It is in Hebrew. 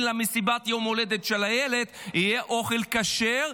למסיבת יום הולדת של הילד יהיה אוכל כשר.